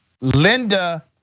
Linda